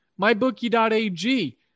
Mybookie.ag